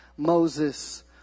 Moses